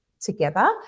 together